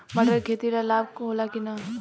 मटर के खेती से लाभ होला कि न?